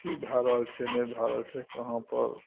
की भए रहल छै नहि भऽ रहल छै कहाँपर